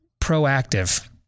proactive